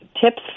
tips